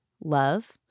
love